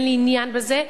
אין לי עניין בזה.